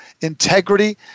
integrity